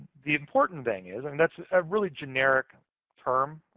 the important thing is, i mean, that's a really generic term,